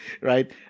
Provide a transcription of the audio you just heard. right